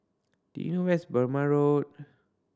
do you know where is Burmah Road